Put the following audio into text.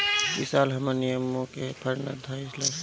इ साल हमर निमो के फर ना धइलस